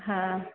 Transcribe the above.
हाँ